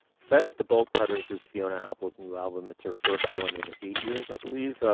fetch the bolt cutters as fiona apple's new album, it's her first one in eight years, i believe.